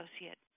associate